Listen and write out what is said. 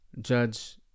Judge